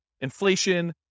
inflation